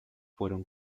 fueron